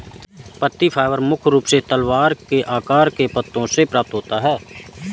पत्ती फाइबर मुख्य रूप से तलवार के आकार के पत्तों से प्राप्त होता है